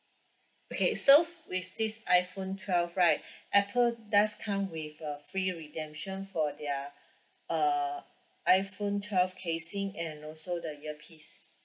okay so f~ with this for iPhone twelve right apple does come with a free redemption for their uh iPhone twelve casing and also the earpiece